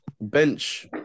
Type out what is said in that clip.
bench